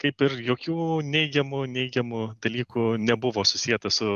kaip ir jokių neigiamų neigiamų dalykų nebuvo susieta su